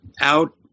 out